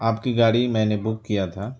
آپ کی گاڑی میں نے بک کیا تھا